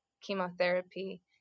chemotherapy